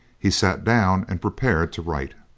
he sat down and prepared to write.